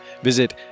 visit